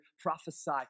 Prophesy